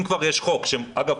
אם כבר יש חוק אגב,